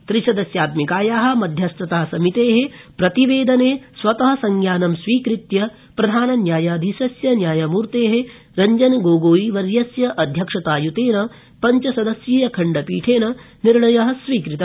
त्रिसदस्यात्मिकाया मध्यस्थता समिते प्रतिवेदने स्वत संज्ञानं स्वीकृत्य प्रधानन्यायाधीशस्य न्यायमूर्ने रंजन गोगोई वर्यस्य अध्यक्षताय्तेन पंचसस्यीय खंडपीठेन निर्णय स्वीकृत